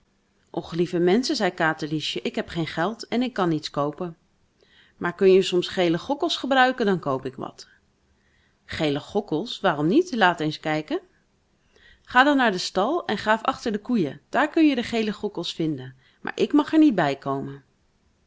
och lieve menschen zei katerliesje ik heb geen geld en ik kan niets koopen maar kun je soms gele gokkels gebruiken dan koop ik wat gele gokkels waarom niet laat eens kijken ga dan naar den stal en graaf achter de koeien daar kun je de gele gokkels vinden maar ik mag er niet bijkomen